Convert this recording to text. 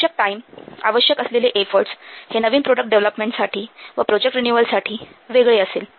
आवश्यक टाईम आवश्यक असलेले एफर्टस हे नवीन प्रोडक्ट डेव्हलपमेंटसाठी व प्रोजेक्ट रिन्यूअलसाठी वेगळे असेल